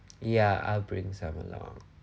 ya I'll bring some along